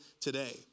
today